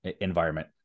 environment